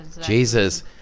Jesus